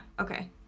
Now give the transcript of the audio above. Okay